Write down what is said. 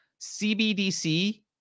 CBDC